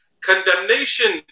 condemnation